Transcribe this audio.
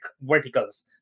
verticals